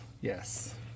yes